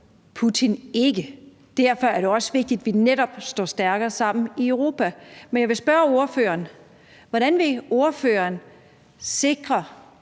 Putin det ikke. Derfor er det også vigtigt, at vi netop står stærkere sammen i Europa. Men jeg vil spørge ordføreren: Hvordan vil ordføreren sikre